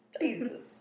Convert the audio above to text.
Jesus